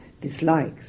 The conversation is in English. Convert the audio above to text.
dislikes